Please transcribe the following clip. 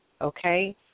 Okay